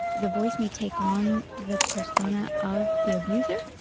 the voice may take on the persona of the abuser.